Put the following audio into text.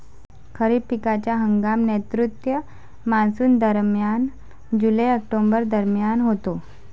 खरीप पिकांचा हंगाम नैऋत्य मॉन्सूनदरम्यान जुलै ऑक्टोबर दरम्यान होतो